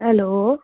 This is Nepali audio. हेलो